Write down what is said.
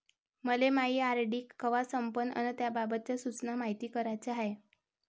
मले मायी आर.डी कवा संपन अन त्याबाबतच्या सूचना मायती कराच्या हाय